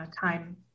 time